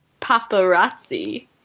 Paparazzi